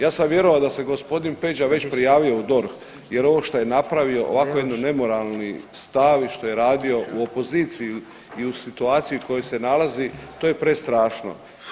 Ja sam vjerovao da se gospodin Peđa već prijavio u DORH jer ovo što je napravio, ovakav jedan nemoralni stav i što je radio u opoziciji i u situaciji u kojoj se nalazi to je prestrašno.